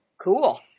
cool